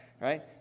right